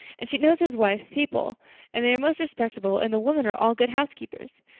and she knows his wife's people and they are most respectable and the women are all good housekeepers.